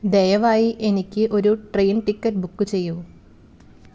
ദയവായി എനിക്ക് ഒരു ട്രെയിൻ ടിക്കറ്റ് ബുക്ക് ചെയ്യൂ